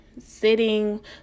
sitting